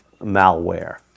malware